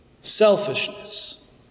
selfishness